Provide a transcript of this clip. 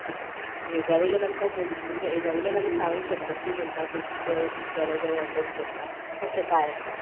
आतां हेज्या वयल्यान आमकां म्हूण म्हणजे हेज्या वयल्यान आमी सांगूंक शकता की म्हणटा पय की गये दिसले आल्या गये अटॅक करता तशें कांय आसाना